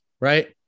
Right